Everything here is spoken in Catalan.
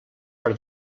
per